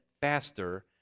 faster